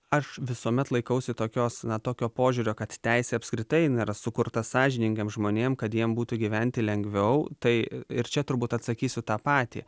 aš visuomet laikausi tokios na tokio požiūrio kad teisė apskritai jin yra sukurta sąžiningiem žmonėm kad jiem būtų gyventi lengviau tai ir čia turbūt atsakysiu tą patį